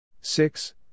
Six